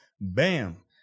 BAM